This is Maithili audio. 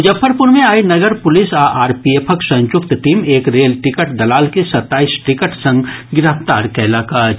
मुजफ्फरपुर मे आइ नगर पुलिस आ आरपीएफक संयुक्त टीम एक रेल टिकट दलाल के सत्ताईस टिकट संग गिरफ्तार कयलक अछि